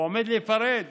הוא עומד להיפרד.